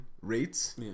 rates